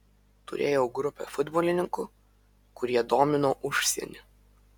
turėjau grupę futbolininkų kurie domino užsienį